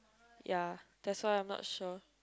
ya that's why I'm not sure